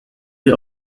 sie